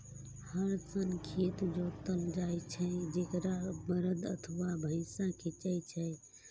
हर सं खेत जोतल जाइ छै, जेकरा बरद अथवा भैंसा खींचै छै